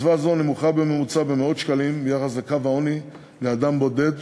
קצבה זו נמוכה בממוצע במאות שקלים ביחס לקו העוני לאדם בודד,